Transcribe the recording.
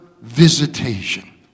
visitation